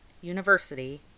University